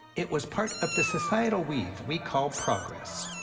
it was part of the societal weave we call progress.